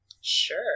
Sure